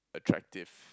attractive